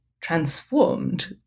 transformed